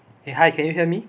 eh hi can you hear me